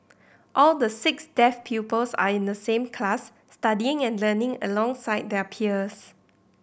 all the six deaf pupils are in the same class studying and learning alongside their peers